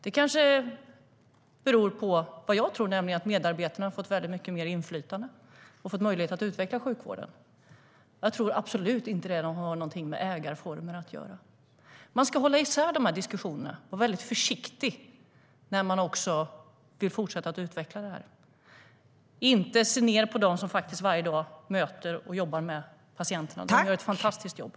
Det kanske beror på det som jag tror, nämligen att medarbetarna har fått mycket mer inflytande och har fått möjlighet att utveckla sjukvården. Jag tror absolut inte att det har någonting med ägarformer att göra. Man ska hålla isär de diskussionerna och vara väldigt försiktig när man vill fortsätta att utveckla det här. Man ska inte se ned på dem som varje dag möter och jobbar med patienterna. De gör ett fantastiskt jobb.